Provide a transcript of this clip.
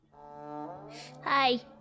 Hi